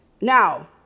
Now